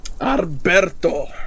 Alberto